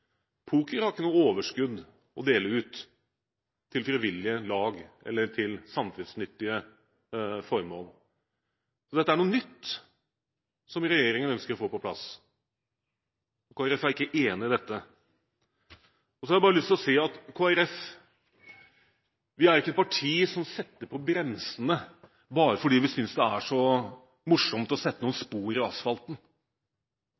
Dette er noe nytt som regjeringen ønsker å få på plass. Kristelig Folkeparti er ikke enig i dette. Så har jeg lyst til å si at Kristelig Folkeparti ikke er et parti som setter på bremsene bare fordi vi synes det er så morsomt å sette noen